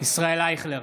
ישראל אייכלר,